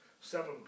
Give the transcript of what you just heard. seven